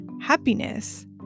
happiness